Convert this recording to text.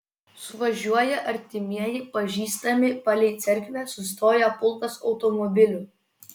suvažiuoja artimieji pažįstami palei cerkvę sustoja pulkas automobilių